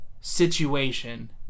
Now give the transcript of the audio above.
situation